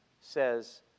says